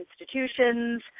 institutions